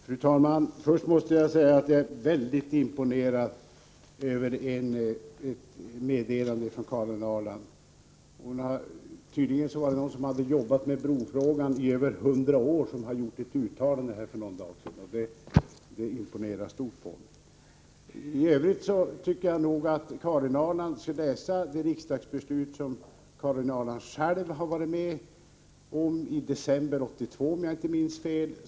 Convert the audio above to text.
Fru talman! Först måste jag säga att jag är väldigt imponerad av ett meddelande från Karin Ahrland: Det var någon som hade jobbat med brofrågan i över hundra år som hade gjort ett uttalande för ett tag sedan. Det imponerar stort på mig. I övrigt tycker jag att Karin Ahrland skall läsa det riksdagsbeslut som hon själv varit med om att fatta — det var i december 1982, om jag inte minns fel.